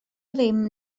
ddim